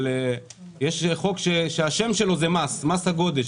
אבל יש חוק שהשם שלו הוא מס מס הגודש.